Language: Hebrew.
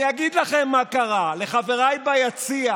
אני אגיד לכם מה קרה, לחבריי ביציע: